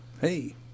hey